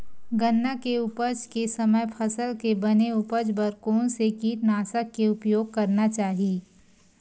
गन्ना के उपज के समय फसल के बने उपज बर कोन से कीटनाशक के उपयोग करना चाहि?